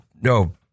no